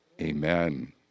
amen